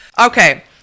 Okay